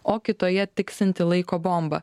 o kitoje tiksinti laiko bomba